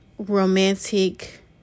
romantic